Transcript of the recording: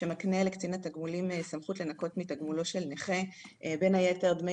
שמקנה לקצין התגמולים לנכות מתגמוליו של נכה בין היתר דמי